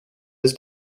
his